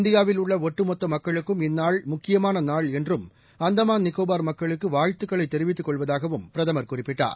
இந்தியாவில் உள்ளஒட்டுமொத்தமக்களுக்கும் இந்நாள் முக்கியமானநாள் என்றும் அந்தமான் நிகோபார் மக்களுக்குவாழ்த்துக்களைத் தெிவித்துக் கொள்வதாகவும் பிரதமர் குறிப்பிட்டார்